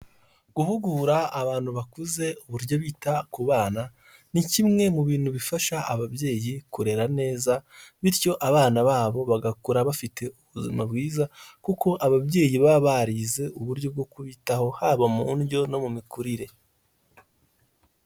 Guhugura abantu bakuze uburyo bita ku bana ni kimwe mu bintu bifasha ababyeyi kurera neza bityo abana babo bagakura bafite ubuzima bwiza kuko ababyeyi baba barize uburyo bwo kubitaho haba mu ndyo no mu mikurire.